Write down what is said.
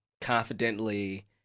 confidently